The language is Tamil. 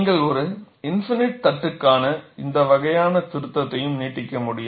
நீங்கள் ஒரு இன்ஃபினிட் தட்டுக்கான இந்த வகையான திருத்தத்தையும் நீட்டிக்க முடியும்